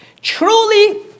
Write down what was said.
Truly